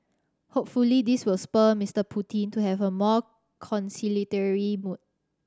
hopefully this will spur Mister Putin to have a more conciliatory mood